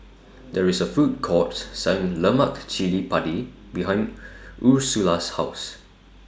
There IS A Food Court Selling Lemak Chili Padi behind Ursula's House